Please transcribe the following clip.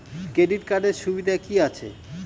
Credit কার্ডের সুবিধা কি আছে?